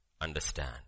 Understand